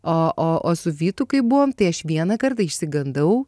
o o o su vytu kai buvom tai aš vieną kartą išsigandau